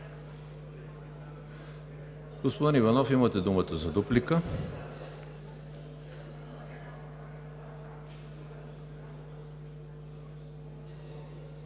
Господин Иванов, имате думата за дуплика.